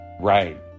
Right